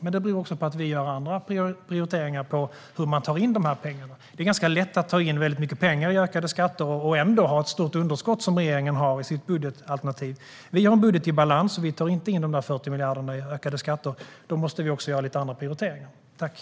Men det beror på att vi har andra prioriteringar när det gäller hur man tar in dessa pengar. Det är ganska lätt att ta in mycket pengar i ökade skatter och ändå ha ett stort underskott, som regeringen har i sitt budgetalternativ. Vi har en budget i balans. Vi tar inte in 40 miljarder i ökade skatter. Därför måste vi också göra lite andra prioriteringar.